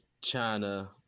China